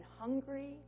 hungry